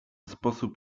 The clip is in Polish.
sposób